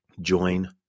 join